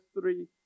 three